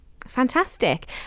Fantastic